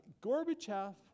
Gorbachev